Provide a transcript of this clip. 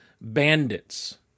bandits